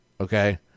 Okay